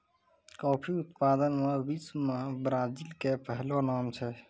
coffee उत्पादन मॅ विश्व मॅ ब्राजील के पहलो नाम छै